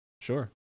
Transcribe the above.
sure